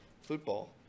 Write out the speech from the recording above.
Football